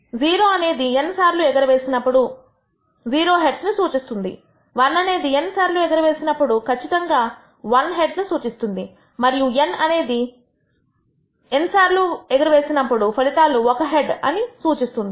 0 అనేది n సార్లు ఎగరవేసినప్పుడు 0 హెడ్స్ ను సూచిస్తుంది 1 అనేది n సార్లు ఎగరవేసినప్పుడు కచ్చితంగా 1 హెడ్ ను సూచిస్తుంది మరియు n అనేది అన్నిసార్లు ఎగరవేసినప్పుడు ఫలితాలు ఒక హెడ్ అని సూచిస్తుంది